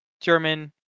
German